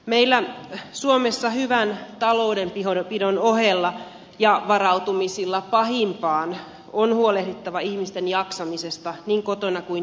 meillä suomessa hyvän taloudenpidon ohella ja varautumisilla pahimpaan on huolehdittava ihmisten jaksamisesta niin kotona kuin töissäkin